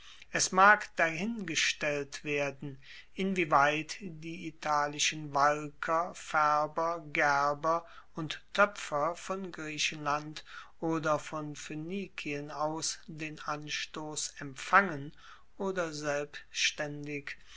es mag dahingestellt werden inwieweit die italischen walker faerber gerber und toepfer von griechenland oder von phoenikien aus den anstoss empfangen oder selbstaendig